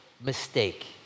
mistake